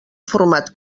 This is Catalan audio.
format